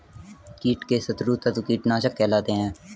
कीट के शत्रु तत्व कीटनाशक कहलाते हैं